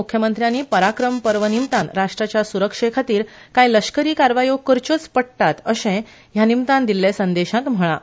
मुखेलमंत्र्यांनी पराक्रम पर्व निमतान राष्ट्राच्या सुरक्षे खातीर कांय लश्करी कारवायो करच्योच पडटात अशें पराक्रम पर्वा निमतान दिल्ल्या संदेशांत म्हळां